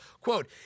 Quote